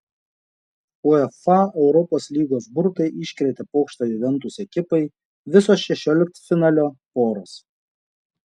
uefa europos lygos burtai iškrėtė pokštą juventus ekipai visos šešioliktfinalio poros